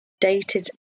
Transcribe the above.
dated